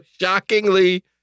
shockingly